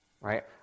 right